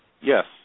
Yes